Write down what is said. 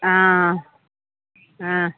हँ हँ